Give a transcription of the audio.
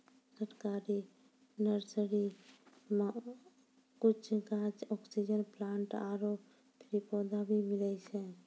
सरकारी नर्सरी मॅ कुछ गाछ, ऑक्सीजन प्लांट आरो फ्री पौधा भी मिलै छै